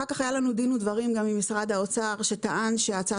אחר כך היה לנו דין ודברים גם עם משרד האוצר שטען שההצעה